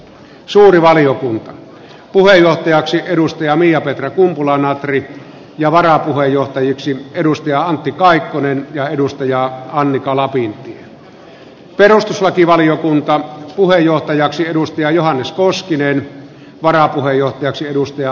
suuri valiokuntapuheenjohtajaksi miapetra kumpula natri antti kaikkonen ja annika lapintie johannes koskinen varapuheenjohtajaksi edustaja